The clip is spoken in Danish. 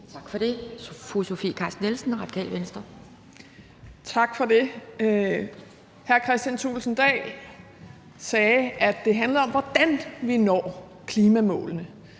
Kl. 11:17 Sofie Carsten Nielsen (RV): Tak for det. Hr. Kristian Thulesen Dahl sagde, at det handlede om, hvordan vi når klimamålene,